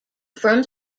from